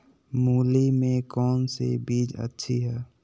मूली में कौन सी बीज अच्छी है?